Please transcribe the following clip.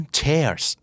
chairs